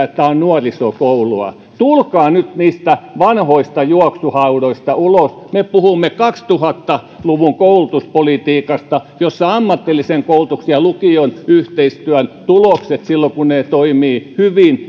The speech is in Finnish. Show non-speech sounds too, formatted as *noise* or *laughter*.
*unintelligible* että tämä on nuorisokoulua tulkaa nyt niistä vanhoista juoksuhaudoista ulos me puhumme kaksituhatta luvun koulutuspolitiikasta jossa ammatillisen koulutuksen ja lukion yhteistyön tulokset silloin kun ne toimivat hyvin